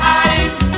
eyes